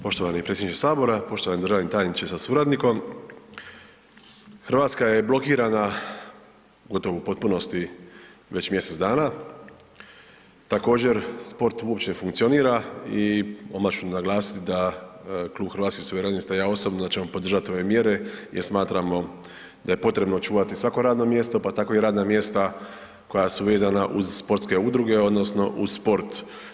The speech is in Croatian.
Poštovani predsjedniče sabora, poštovani držani tajniče sa suradnikom, Hrvatska je blokirana gotovo u potpunosti već mjesec dana, također sport uopće ne funkcionira i odmah ću naglasiti da Klub Hrvatskih suverenista i ja osobno ćemo podržati ove mjere jer smatramo da je potrebno očuvati svako radno mjesto, pa tako i radna mjesta koja su vezana uz sportske udruge odnosno uz sport.